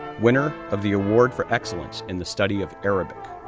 winner of the award for excellence in the study of arabic,